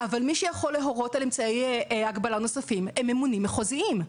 אבל מי שיכול להורות על אמצעי הגבלה נוספים הם ממונים מחוזיים.